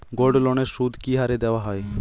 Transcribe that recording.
গোল্ডলোনের সুদ কি হারে দেওয়া হয়?